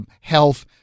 health